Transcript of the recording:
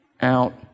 out